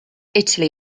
italy